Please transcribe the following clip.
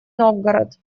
новгород